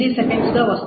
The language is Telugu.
17ms గా వస్తుంది